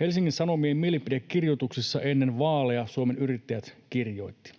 Helsingin Sanomien mielipidekirjoituksessa ennen vaaleja Suomen Yrittäjät kirjoitti,